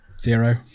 Zero